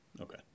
Okay